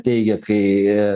teigia kai